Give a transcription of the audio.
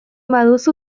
baduzu